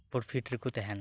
profit ᱨᱮᱠᱩ ᱛᱮᱦᱮᱱ